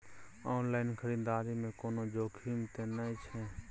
Online खरीददारी में कोनो जोखिम त नय छै?